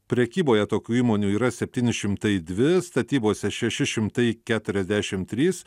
prekyboje tokių įmonių yra septyni šimtai dvi statybose šeši šimtai keturiasdešimt trys